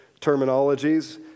terminologies